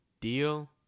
deal